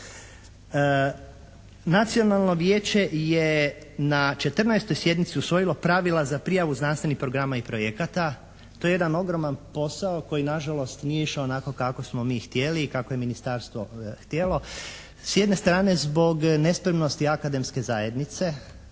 Nacionalno vijeće je na 14. sjednici usvojilo pravila za prijavu znanstvenih programa i projekata. To je jedan ogroman posao koji nažalost nije išao onako kako smo mi htjeli i kako je ministarstvo htjelo. S jedne strane zbog nespremnosti akademske zajednice.